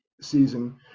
season